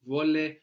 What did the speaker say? Vuole